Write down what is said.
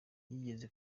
yigeze